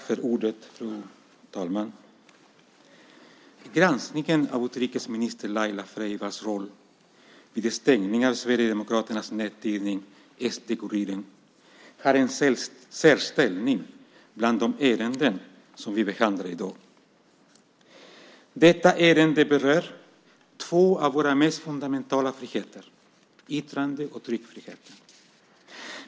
Fru talman! Granskningen av utrikesminister Laila Freivalds roll vid stängningen av Sverigedemokraternas nättidning SD-Kuriren har en särställning bland de ärenden som vi behandlar i dag. Detta ärende berör två av våra mest fundamentala friheter, nämligen yttrande och tryckfriheten.